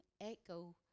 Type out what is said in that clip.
echo